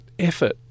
effort